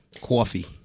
Coffee